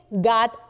God